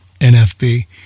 NFB